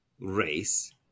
race